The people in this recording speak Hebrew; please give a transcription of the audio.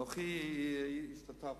אנוכי השתתפתי,